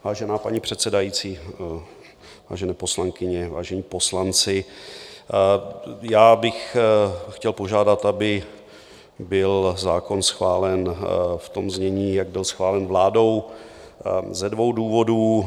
Vážená paní předsedající, vážené poslankyně, vážení poslanci, chtěl bych požádat, aby byl zákon schválen v tom znění, jak byl schválen vládou, ze dvou důvodů.